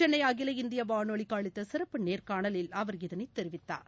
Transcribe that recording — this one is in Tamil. சென்னைஅகில இந்தியவானொலிக்குஅளித்தசிறப்பு நேர்காணலில் அவர் இதனைத் தெரிவித்தார்